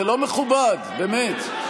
זה לא מכובד, באמת.